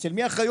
אצל מי האחריות?